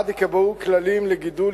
1. ייקבעו כללים לגידול,